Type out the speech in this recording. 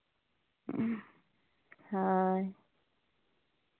ᱦᱳᱭ